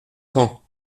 caen